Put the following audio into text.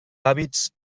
hàbits